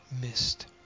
missed